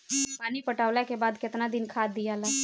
पानी पटवला के बाद केतना दिन खाद दियाला?